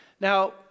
Now